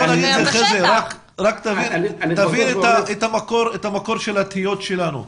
חזי, תבין את מקור התהיות שלנו.